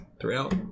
throughout